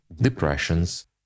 Depressions